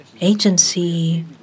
agency